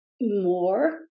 more